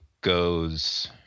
goes